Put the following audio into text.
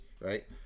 right